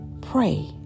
pray